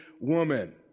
woman